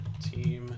Team